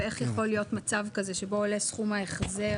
ואיך יכול להיות מצב כזה שבו עולה סכום ההחזר